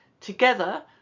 together